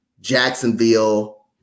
Jacksonville